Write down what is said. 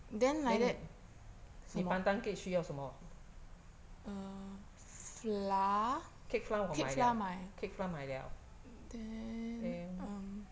then 你你 pandan cake 需要什么 cake flour 我买了 cake flour 买了 then